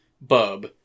Bub